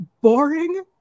boring